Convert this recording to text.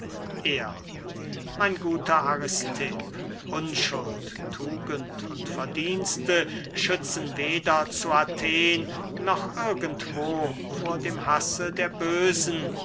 er mein guter aristipp unschuld tugend und verdienste schützen weder zu athen noch irgendwo vor dem hasse der bösen